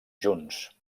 junts